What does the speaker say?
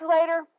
later